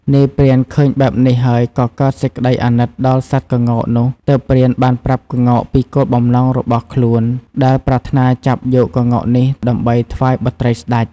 នាយព្រានឃើញបែបនេះហើយក៏កើតសេចក្តីអាណិតដល់សត្វក្ងោកនោះទើបព្រានបានប្រាប់ក្ងោកពីគោលបំណងរបស់ខ្លូនដែលប្រាថ្នាចាប់យកក្ងោកនេះដើម្បីថ្វាយបុត្រីស្តេច។